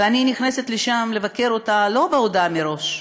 ואני נכנסת לשם לבקר אותה לא בהודעה מראש,